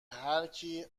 هرکی